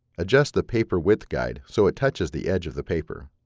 adjust the paper width guide so it touches the edge of the paper.